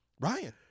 Ryan